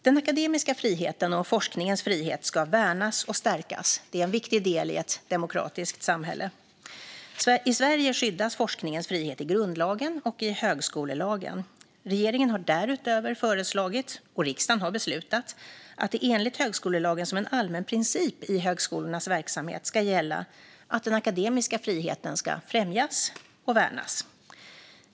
Den akademiska friheten och forskningens frihet ska värnas och stärkas; det är en viktig del i ett demokratiskt samhälle. I Sverige skyddas forskningens frihet i grundlagen och i högskolelagen . Regeringen har därutöver föreslagit, och riksdagen har beslutat, att det enligt högskolelagen som en allmän princip i högskolornas verksamhet ska gälla att den akademiska friheten ska främjas och värnas.